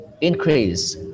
increase